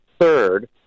third